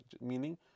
meaning